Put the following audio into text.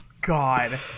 god